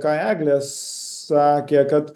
ką eglė sakė kad